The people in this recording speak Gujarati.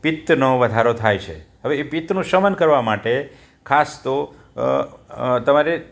પિત્તનો વધારો થાય છે હવે એ પિત્તનું શમન કરવા માટે ખાસ તો તમારે